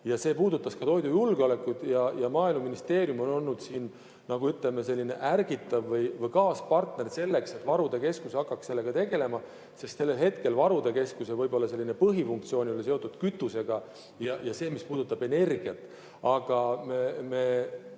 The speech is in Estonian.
mis puudutasid ka toidujulgeolekut. Maaeluministeerium on olnud nagu, ütleme, selline ärgitav partner selleks, et varude keskus hakkaks sellega tegelema. Seni varude keskuse võib-olla selline põhifunktsioon oli seotud kütusega ja sellega, mis puudutab energiat. Aga me